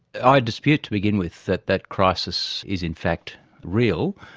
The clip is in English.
i dispute to begin with that that crisis is in fact real.